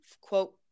quote